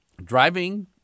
Driving